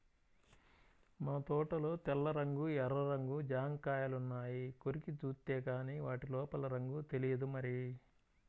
మా తోటలో తెల్ల రంగు, ఎర్ర రంగు జాంకాయలున్నాయి, కొరికి జూత్తేగానీ వాటి లోపల రంగు తెలియదు మరి